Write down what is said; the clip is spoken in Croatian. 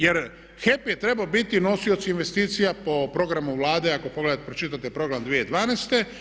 Jer HEP je trebao biti nosioc investicija po programu Vladu ako pročitate program 2012.